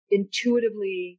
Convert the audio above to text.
intuitively